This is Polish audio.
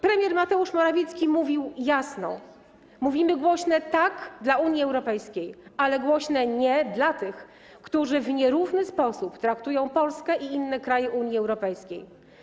Premier Mateusz Morawicki mówił jasno: Mówimy głośne „tak” dla Unii Europejskiej, ale głośne „nie” dla tych, którzy w nierówny sposób traktują Polskę i inne kraje Unii Europejskiej.